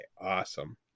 Awesome